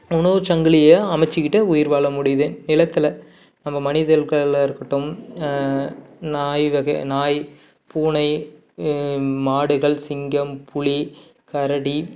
உணவு சங்கிலியை அமைச்சிக்கிட்டு உயிர் வாழ முடியுது நிலத்தில் நம்ம மனிதர்கள்லாக இருக்கட்டும் நாய் வகை நாய் பூனை மாடுகள் சிங்கம் புலி கரடி